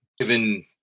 given